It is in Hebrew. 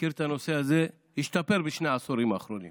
מכיר את הנושא הזה, השתפר בשני העשורים האחרונים